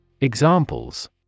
Examples